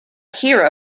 hero